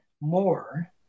more